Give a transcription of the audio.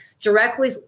directly